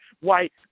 white